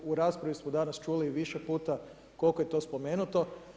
U raspravi smo danas čuli više puta koliko je to spomenuto.